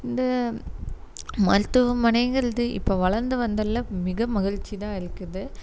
இந்த மருத்துவமனைங்கிறது இப்போது வளர்ந்து வந்ததில் மிக மகிழ்ச்சிதான் இருக்குது